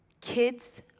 Kids